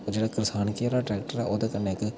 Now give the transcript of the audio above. ते जेह्ड़ा करसानकी आह्ला ट्रैक्टर ओह्दे कन्नै इक